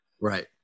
Right